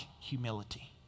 humility